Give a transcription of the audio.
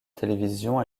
télévision